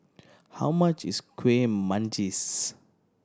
how much is Kueh Manggis